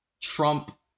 Trump